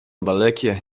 dalekie